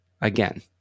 again